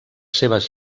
seves